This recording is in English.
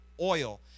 oil